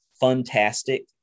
fantastic